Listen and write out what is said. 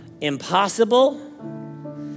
impossible